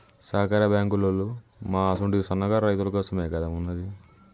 సహకార బాంకులోల్లు మా అసుంటి సన్నకారు రైతులకోసమేగదా ఉన్నది